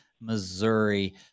Missouri